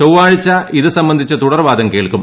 ചൊവ്വാഴ്ച ഇത് സംബന്ധിച്ച് തുടർവാദം കേൾക്കും